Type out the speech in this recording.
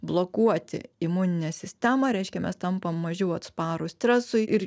blokuoti imuninę sistemą reiškia mes tampam mažiau atsparūs stresui ir